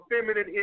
feminine